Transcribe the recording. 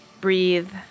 breathe